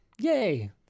Yay